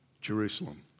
Jerusalem